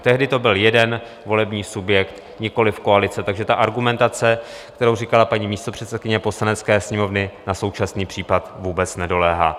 Tehdy to byl jeden volební subjekt, nikoliv koalice, takže ta argumentace, kterou říkala paní místopředsedkyně Poslanecké sněmovny, na současný případ vůbec nedoléhá.